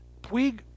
Puig